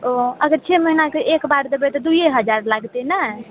ओ अगर छओ महीनाके एकबार देबै तऽ दुइए हजार लागतै नहि